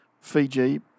Fiji